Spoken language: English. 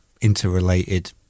interrelated